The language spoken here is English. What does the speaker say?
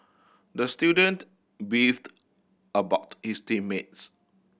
the student beefed about his team mates